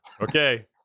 Okay